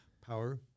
power